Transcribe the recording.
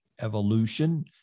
evolution